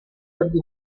jordi